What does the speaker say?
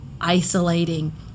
isolating